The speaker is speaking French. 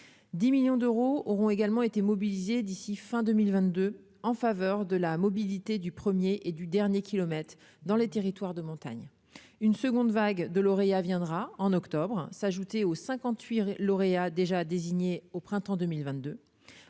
10 millions d'euros auront également été mobilisés d'ici fin 2022 en faveur de la mobilité du 1er et du dernier kilomètre dans les territoires de montagne une seconde vague de lauréats viendra en octobre s'ajouter aux 58 lauréat, déjà désigné au printemps 2022,